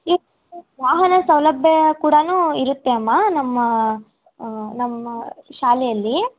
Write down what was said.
ವಾಹನ ಸೌಲಭ್ಯ ಕೂಡಾ ಇರುತ್ತೆ ಅಮ್ಮ ನಮ್ಮ ನಮ್ಮ ಶಾಲೆಯಲ್ಲಿ